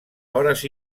hores